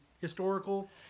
historical